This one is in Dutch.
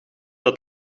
dat